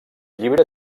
llibre